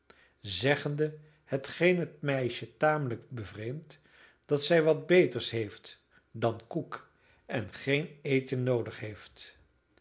zeggende hetgeen het meisje tamelijk bevreemdt dat zij wat beters heeft dan koek en geen eten noodig heeft